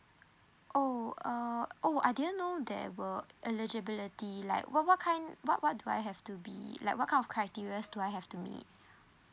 oh uh oh I didn't know there were eligibility like what what kind what what do I have to be like what kind of criteria do I have to meet